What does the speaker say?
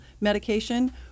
medication